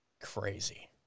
Crazy